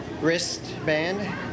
wristband